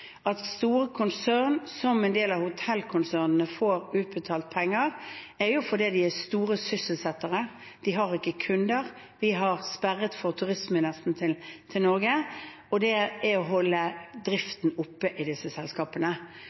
At store konsern, som en del av hotellkonsernene, får utbetalt penger, er jo fordi de er store sysselsettere, men de har ikke kunder, vi har nesten sperret for turisme til Norge. Det er for å holde driften opp i disse selskapene.